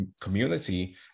community